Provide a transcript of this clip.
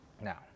Now